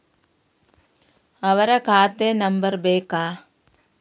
ಅವರ ಖಾತೆ ನಂಬರ್ ಬೇಕಾ?